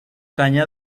caña